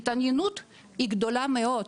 ההתעניינות היא גדולה מאוד,